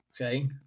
Okay